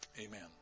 Amen